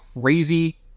crazy